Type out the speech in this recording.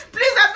Please